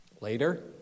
Later